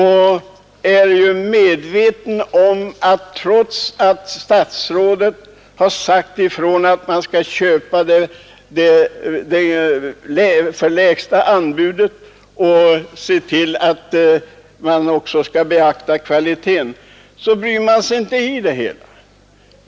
Han är medveten om att berörd personal, trots att statsrådet anfört att man skall köpa till lägsta pris och beakta kvaliteten, inte bryr sig om det.